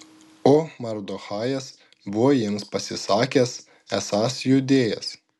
o mardochajas buvo jiems pasisakęs esąs judėjas